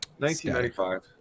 1995